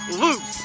loose